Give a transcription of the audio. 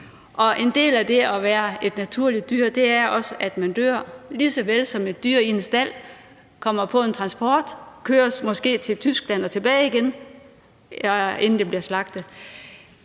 og en del af det at være et naturligt dyr er også, at man dør, lige såvel som et dyr i en stald kommer på en transport og måske køres til Tyskland og tilbage igen, inden det bliver slagtet.